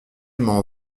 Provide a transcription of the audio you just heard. m’en